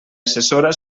assessora